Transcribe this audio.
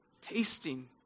Tasting